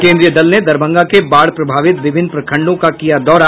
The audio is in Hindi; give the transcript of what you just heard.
केन्द्रीय दल ने दरभंगा के बाढ़ प्रभावित विभिन्न प्रखंडों का किया दौरा